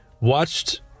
Watched